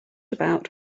about